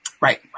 Right